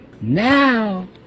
Now